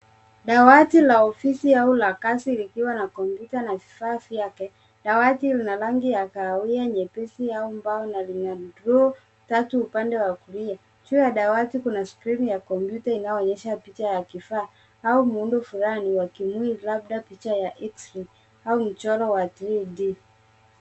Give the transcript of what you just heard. Dawati la ofisi au la kazi likiwa na kompyuta na vifaa vyake. Dawati lina rangi ya kawia nyepesi au mbao na lina miguu tatu upande wa kulia. Juu ya dawati kuna skrini ya kompyuta inayoonyesa picha ya kifaa au muundo fulani wa kimwili labda picha ya X-RAY au mchoro wa Three - D .